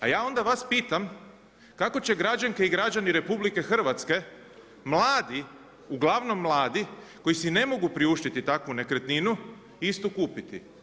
A onda ja vas pitam, kako će građanke i građani RH, mladi, uglavnom mladi koji si ne mogu priuštiti takvu nekretninu istu kupiti.